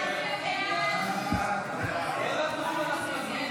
ההצעה להעביר את הצעת חוק הדרכונים (תיקון מס' 10),